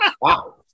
Wow